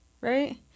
right